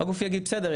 הגוף יגיד בסדר,